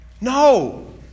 No